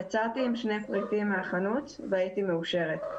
יצאתי עם שני פריטים מהחנות והייתי מאושרת.